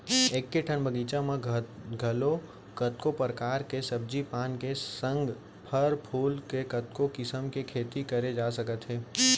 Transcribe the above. एके ठन बगीचा म घलौ कतको परकार के सब्जी पान के संग फर फूल के कतको किसम के खेती करे जा सकत हे